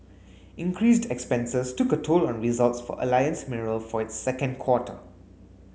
increased expenses took a toll on results for Alliance Mineral for its second quarter